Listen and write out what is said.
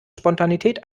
spontanität